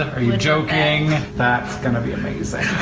are you joking? that's going to be amazing.